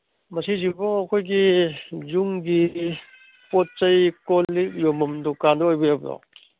ꯃꯁꯤꯁꯤꯕꯨ ꯑꯩꯈꯣꯏꯒꯤ ꯌꯨꯝꯒꯤ ꯄꯣꯠ ꯆꯩ ꯀꯣꯂꯤꯛ ꯌꯣꯟꯕꯝ ꯗꯨꯀꯥꯟꯗꯨ ꯑꯣꯏꯕꯤꯔꯕ꯭ꯔꯣ